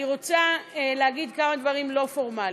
אני רוצה להגיד כמה דברים לא פורמליים: